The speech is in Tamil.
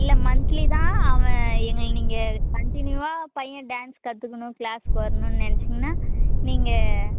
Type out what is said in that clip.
இல்லை மன்த்லி தான் அவன் இங்கே நீங்கள் கன்டினியூவாக பையன் டான்ஸ் கற்றுக்கணும் கிளாஸுக்கு வரணும்னு நெனைச்சீங்கன்னா நீங்கள்